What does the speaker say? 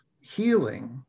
healing